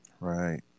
right